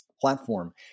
platform